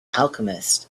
alchemist